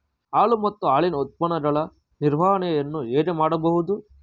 ಹಾಲು ಮತ್ತು ಹಾಲಿನ ಉತ್ಪನ್ನಗಳ ನಿರ್ವಹಣೆಯನ್ನು ಹೇಗೆ ಮಾಡಬಹುದು?